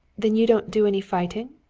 then you don't do any fighting?